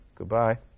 goodbye